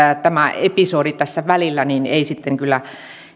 tämä episodi tässä välillä ei kyllä